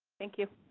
thank you.